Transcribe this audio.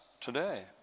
Today